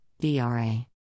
DRA